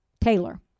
Taylor